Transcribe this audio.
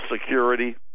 Security